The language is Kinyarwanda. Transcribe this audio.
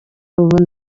ubu